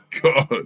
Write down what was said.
God